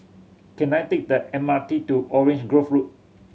can I take the M R T to Orange Grove Road